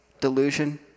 delusion